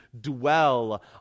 dwell